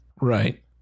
right